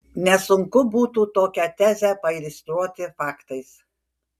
nesunku būtų tokią tezę pailiustruoti faktais